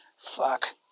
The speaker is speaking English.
Fuck